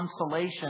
consolation